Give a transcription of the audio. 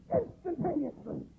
instantaneously